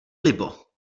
libo